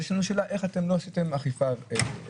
אז יש לנו שאלה איך אתם לא עשיתם אכיפה אפקטיבית.